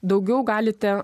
daugiau galite